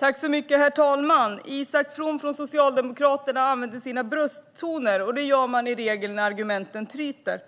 Herr talman! Isak From från Socialdemokraterna tar till brösttoner, och det gör man i regel när argumenten tryter.